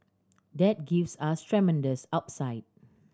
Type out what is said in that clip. that gives us tremendous upside